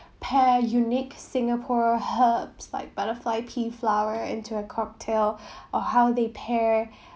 pair unique singapore herbs like butterfly pea flower into a cocktail or how they pair